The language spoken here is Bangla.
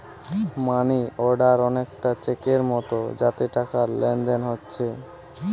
মানি অর্ডার অনেকটা চেকের মতো যাতে টাকার লেনদেন হোচ্ছে